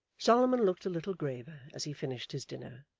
solomon looked a little graver as he finished his dinner,